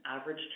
average